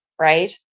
right